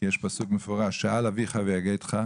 יש פסוק מפורש: "שאל אביך ויגדך,